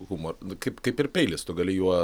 humor kaip kaip ir peilis tu gali juo